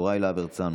יוראי להב הרצנו,